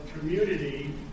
community